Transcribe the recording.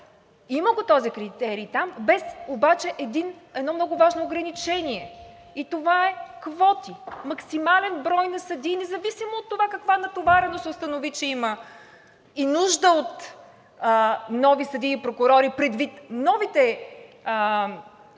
има го този критерий там, без обаче едно много важно ограничение и това е квоти, максимален брой на съдии, независимо от това каква натовареност установи, че има и нужда от нови съдии и прокурори предвид новите дела,